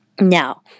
Now